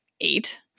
eight